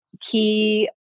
key